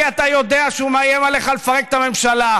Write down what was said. כי אתה יודע שהוא מאיים עליך לפרק את הממשלה.